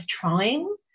trying